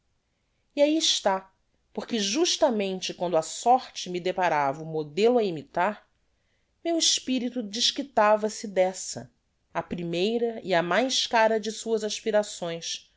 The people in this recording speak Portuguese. e ahi está porque justamente quando a sorte me deparava o modelo á imitar meu espirito desquitava se dessa a primeira e a mais cara de suas aspirações